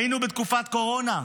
היינו בתקופת קורונה,